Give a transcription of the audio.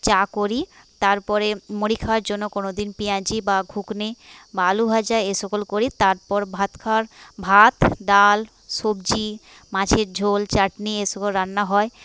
চা করি তারপরে মুড়ি খাওয়ার জন্য কোনোদিন পেঁয়াজি বা ঘুগনি বা আলু ভাজা এসকল করি তারপর ভাত খাওয়ার ভাত ডাল সবজি মাছের ঝোল চাটনি এসবও রান্না হয়